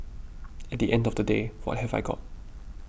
at the end of the day what have I got